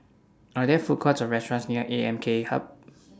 Are There Food Courts Or restaurants near A M K Hub